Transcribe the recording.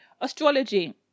astrology